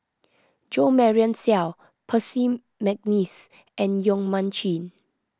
Jo Marion Seow Percy McNeice and Yong Mun Chee